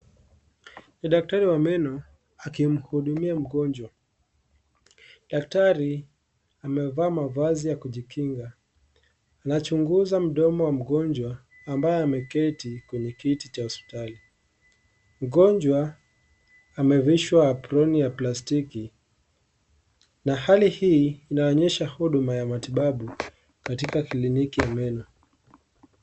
Ni daktari wa meno akimhudumia mgonjwa. Daktari amevaa mavazi ya kujikinga; anachunguza mdomo wa mgonjwa ambaye ameketi kwenye kiti cha hospitali. Mgonjwa amevishwa aproni ya plastiki na hali hii inaonyesha huduma ya matibabu katika kliniki ya meno.